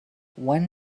one